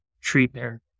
treatment